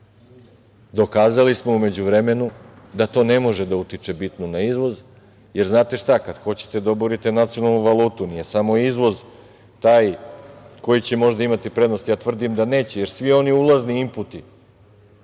smo u međuvremenu da to ne može da utiče bitno na izvoz, jer znate šta, kada hoćete da oborite nacionalnu valutu, nije samo izvoz taj koji će možda imati prednosti. Tvrdim da neće, jer svi oni ulazni imputi